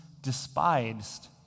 despised